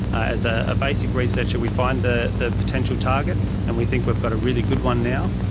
as ah a basic researcher we find the ah potential target and we think we've got a really good one now.